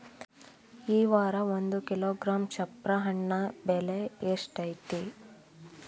ಈ ವಾರ ಒಂದು ಕಿಲೋಗ್ರಾಂ ಚಪ್ರ ಹಣ್ಣ ಬೆಲೆ ಎಷ್ಟು ಐತಿ?